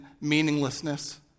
meaninglessness